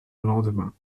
lendemain